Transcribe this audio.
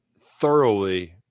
thoroughly